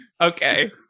Okay